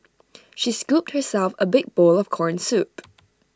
she scooped herself A big bowl of Corn Soup